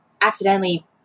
accidentally